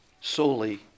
solely